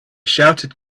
shouted